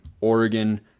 Oregon